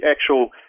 actual